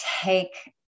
take